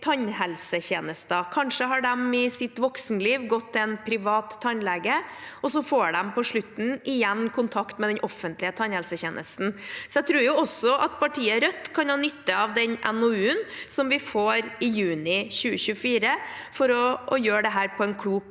tannhelsetjeneste. Kanskje har de i sitt voksenliv gått til en privat tannlege, og så får de på slutten igjen kontakt med den offentlige tannhelsetjenesten. Så jeg tror at også partiet Rødt kan ha nytte av den NOU-en som vi får i juni 2024, for å kunne gjøre dette på en klok